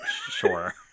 Sure